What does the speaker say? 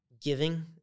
giving